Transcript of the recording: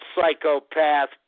psychopath